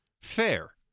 fair